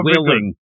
willing